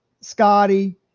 Scotty